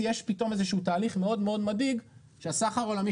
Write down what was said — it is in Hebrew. יש פתאום איזה שהוא תהליך מאוד מאוד מדאיג שהסחר העולמי